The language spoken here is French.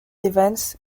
evans